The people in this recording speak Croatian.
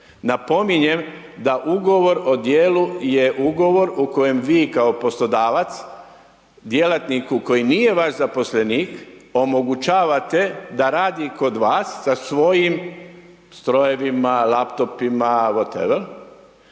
Napominjem da Ugovor o djelu je Ugovor u kojem vi kao poslodavac djelatniku koji nije vaš zaposlenik, omogućavate da radi kod vas sa svojim strojevima, laptopima…/Govornik